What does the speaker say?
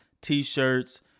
T-shirts